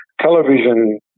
television